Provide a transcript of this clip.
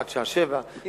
עד השעה 19:00,